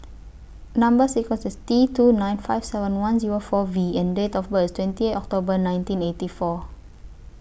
Number sequence IS T two nine five seven one Zero four V and Date of birth IS twenty October nineteen eighty four